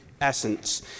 essence